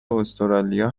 استرالیا